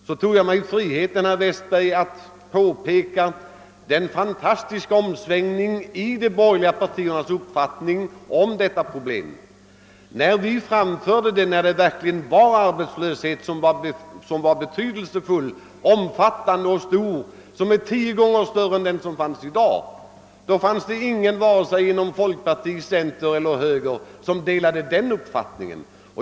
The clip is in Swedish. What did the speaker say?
Jag tog mig då friheten att påpeka den fantastiska omsvängningen i de borgerliga partiernas uppfattning av detta problem. När vi framförde samma uppfattning vid en tid då arbetslösheten verkligen var betydelsefull och omfattande — tio gånger så stor som den är i dag — delade ingen inom vare sig centerpartiet, folkpartiet eller högerpartiet den uppfattningen.